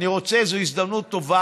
זו הזדמנות טובה,